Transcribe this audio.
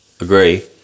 Agree